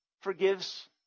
forgives